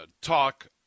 talk